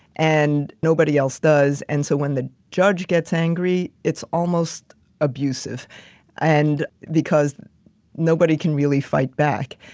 and nobody else does. and so, when the judge gets angry, it's almost abusive and because nobody can really fight back.